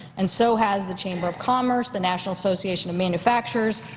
and so has the chamber of commerce, the national association of manufacturers,